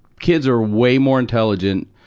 kids are way more intelligent,